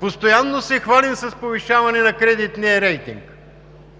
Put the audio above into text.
Постоянно се хвалим с повишаване на кредитния рейтинг,